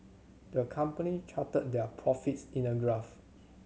the company charted their profits in a graph